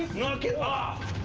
knock it off!